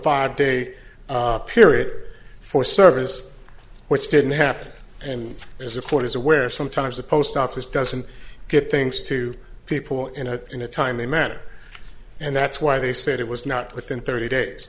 five day period for service which didn't happen and therefore is aware sometimes the post office doesn't get things to people in a in a timely manner and that's why they said it was not within thirty days